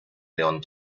león